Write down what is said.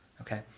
okay